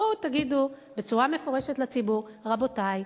בואו תגידו בצורה מפורשת לציבור: רבותי,